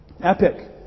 Epic